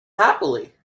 happily